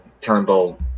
Turnbull